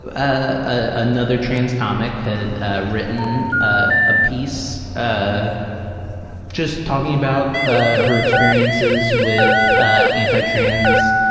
ah another trans comic had written a piece ah just talking about ah her experiences with anti-trans